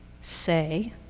say